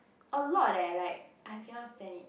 a lot eh like I cannot stand it